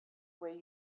way